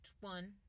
one